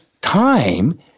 time